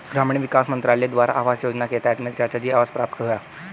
ग्रामीण विकास मंत्रालय द्वारा आवास योजना के तहत मेरे चाचाजी को आवास प्राप्त हुआ